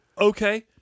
Okay